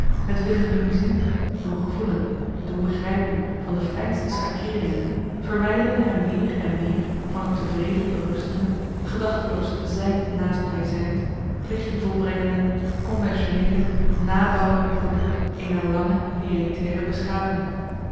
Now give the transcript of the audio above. het willen doen zien doengevoelen doen begrijpen van de fijnste schakeeringen verwijderen hem meer en meer van het tevreden berustende gedachteloos zijn naast bij zijnd plichtje marcellus emants een nagelaten bekentenis volbrengende conventioneele nabauwende produkt eener lange hereditaire